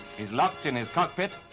he's locked in his cockpit.